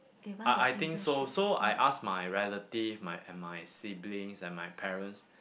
I I think so so I ask my relative my and my siblings and my parents